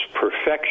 perfection